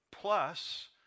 plus